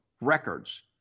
records